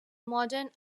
modern